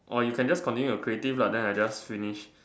or you can just continue with the creative lah then I just finish